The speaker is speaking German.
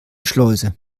schleuse